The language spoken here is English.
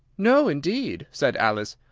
no, indeed, said alice.